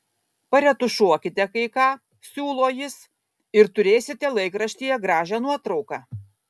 paretušuokite kai ką siūlo jis ir turėsite laikraštyje gražią nuotrauką